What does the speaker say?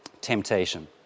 temptation